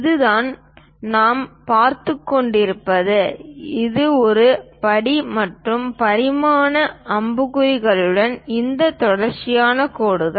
இதுதான் நாம் பார்த்துக் கொண்டிருப்பது ஒரு படி மற்றும் பரிமாணங்கள் அம்புக்குறிகளுடன் இந்த தொடர்ச்சியான கோடுகள்